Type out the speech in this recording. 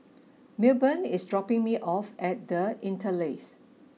Milburn is dropping me off at The Interlace